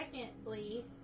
secondly